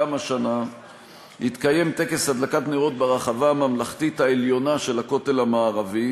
גם השנה יתקיים טקס הדלקת נרות ברחבה הממלכתית העליונה של הכותל המערבי